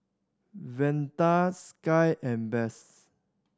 Velda Sky and Bess